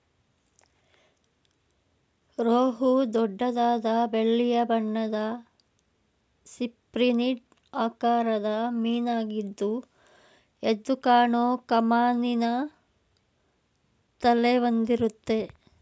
ರೋಹು ದೊಡ್ಡದಾದ ಬೆಳ್ಳಿಯ ಬಣ್ಣದ ಸಿಪ್ರಿನಿಡ್ ಆಕಾರದ ಮೀನಾಗಿದ್ದು ಎದ್ದುಕಾಣೋ ಕಮಾನಿನ ತಲೆ ಹೊಂದಿರುತ್ತೆ